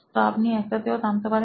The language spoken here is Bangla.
তো আপনি একটাতেও থামতে পারেন